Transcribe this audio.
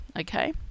Okay